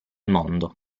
mondo